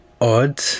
odd